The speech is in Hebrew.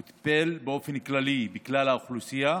הוא טיפל באופן כללי בכלל האוכלוסייה,